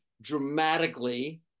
dramatically